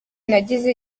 nagize